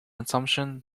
assumption